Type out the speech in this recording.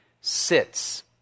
sits